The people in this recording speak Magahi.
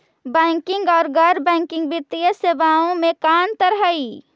बैंकिंग और गैर बैंकिंग वित्तीय सेवाओं में का अंतर हइ?